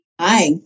Hi